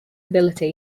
ability